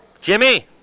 Jimmy